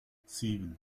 sieben